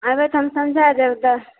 अयबै तऽ हम समझाय देब तऽ